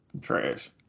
trash